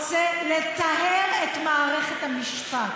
אתה רוצה לטהר את מערכת המשפט.